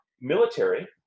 Military